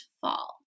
fall